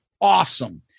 awesome